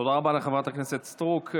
תודה רבה לחברת הכנסת סטרוק.